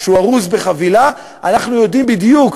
כשהוא ארוז בחבילה אנחנו יודעים בדיוק,